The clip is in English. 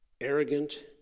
arrogant